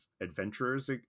adventurers